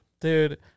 dude